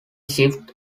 shift